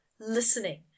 listening